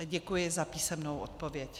Děkuji za písemnou odpověď.